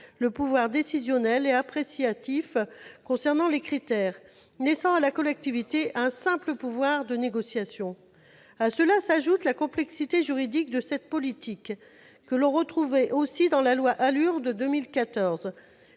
le pouvoir décisionnel et appréciatif concernant les critères, laissant à la collectivité un simple pouvoir de négociation. À cela s'ajoute la complexité juridique de cette politique, que l'on retrouvait aussi dans la loi ALUR de 2014.